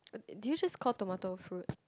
did you just call tomato fruit